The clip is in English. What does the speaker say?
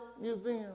museum